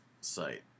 site